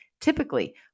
Typically